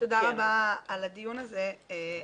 תודה רבה על הדיון הזה.